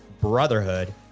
brotherhood